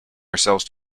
ourselves